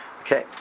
Okay